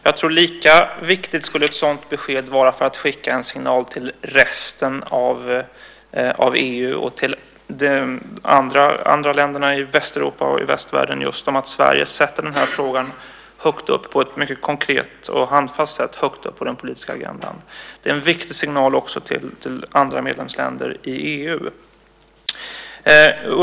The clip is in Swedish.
Jag tror att ett sådant besked skulle vara lika viktigt för att skicka en signal till resten av EU och de andra länderna i Västeuropa och i västvärlden om att Sverige på ett mycket konkret och handfast sätt sätter den här frågan högt upp på den politiska agendan. Det är också en viktig signal till andra medlemsländer i EU.